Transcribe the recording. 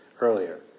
earlier